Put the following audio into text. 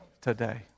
today